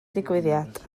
digwyddiad